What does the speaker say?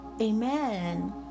Amen